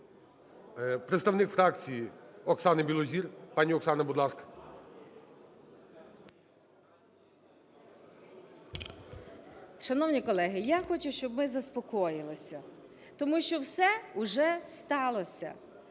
Шановні колеги, я хочу, щоб ми заспокоїлися, тому що все уже сталося.